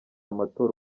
amatora